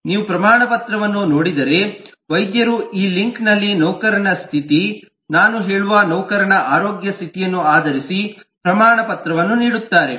ನೀವು ಪ್ರಮಾಣಪತ್ರವನ್ನು ನೋಡಿದರೆ ವೈದ್ಯರು ಈ ಲಿಂಕ್ನಲ್ಲಿ ನೌಕರನ ಸ್ಥಿತಿ ನಾನು ಹೇಳುವ ನೌಕರನ ಆರೋಗ್ಯ ಸ್ಥಿತಿಯನ್ನು ಆಧರಿಸಿ ಪ್ರಮಾಣಪತ್ರವನ್ನು ನೀಡುತ್ತಾರೆ